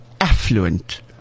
affluent